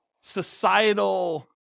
societal